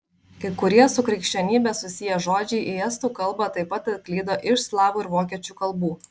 kai kurie su krikščionybe susiję žodžiai į estų kalbą taip pat atklydo iš slavų ir vokiečių kalbų